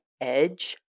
edge